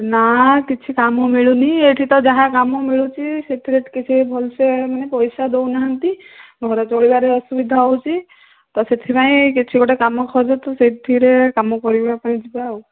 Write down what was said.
ନା କିଛି କାମ ମିଳୁନି ଏଇଠି ତ ଯାହା କାମ ମିଳୁଛି ସେଥିରେ କିଛି ଭଲ ସେ ମାନେ ପଇସା ଦେଉନାହାନ୍ତି ଘର ଚଳିବାରେ ଅସୁବିଧା ହେଉଛି ତ ସେଥିପାଇଁ କିଛି ଗୋଟେ କାମ ଖୋଜ ତୁ ତ ସେଥିରେ କାମ କରିବା ପାଇଁ ଯିବା ଆଉ